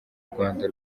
rwanda